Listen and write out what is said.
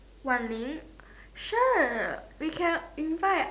Wan-Ling sure we can invite